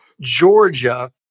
Georgia